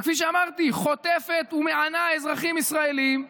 וכפי שאמרתי, היא חוטפת ומענה אזרחים ישראלים,